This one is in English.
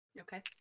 Okay